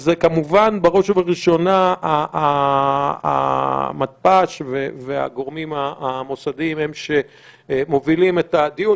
אז זה כמובן בראש ובראשונה המתפ"ש והגורמים המוסדיים שמובילים את הדיון,